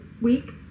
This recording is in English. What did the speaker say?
week